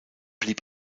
blieb